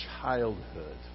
childhood